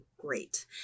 great